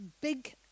big